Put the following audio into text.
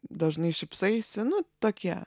dažnai šypsaisi nu tokie